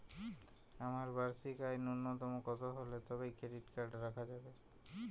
আমার বার্ষিক আয় ন্যুনতম কত হলে তবেই ক্রেডিট কার্ড রাখা যাবে?